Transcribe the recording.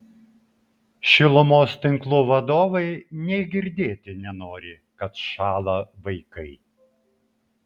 šilumos tinklų vadovai nė girdėti nenori kad šąla vaikai